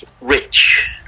rich